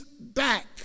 back